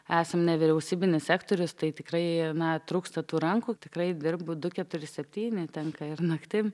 esam nevyriausybinis sektorius tai tikrai na trūksta tų rankų tikrai dirbu du keturi septyni tenka ir naktim